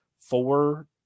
four